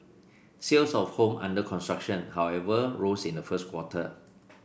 sales of home under construction however rose in the first quarter